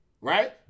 right